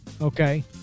okay